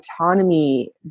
autonomy